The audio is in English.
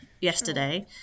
yesterday